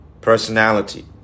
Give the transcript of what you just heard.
personality